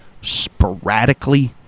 sporadically